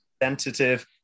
representative